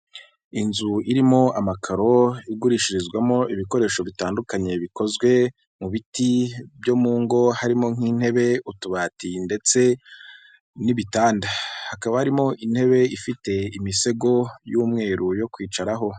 Inzu irimo amakaro igurishirizwamo ibikoresho bitandukanye bikozwe mu biti byo mu ngo, harimo nk'intebe, utubati ndetse n'ibitanda, hakaba harimo intebe ifite imisego y'umweru yo kwicaraho.